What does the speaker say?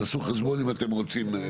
תעשו חשבון אם אתם רוצים.